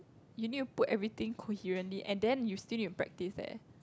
you need to put everything coherently and then you still need to practice eh